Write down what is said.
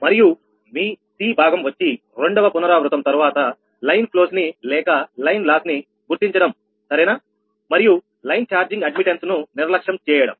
మరియు మీ C భాగం వచ్చి రెండవ పునరావృతం తరువాత లైన్ ఫ్లోస్ ని లేక లైన్ లాస్ ని గుర్తించడం మరియు లైన్ ఛార్జింగ్ అడ్మిటెన్స్ ను నిర్లక్ష్యం చేయడం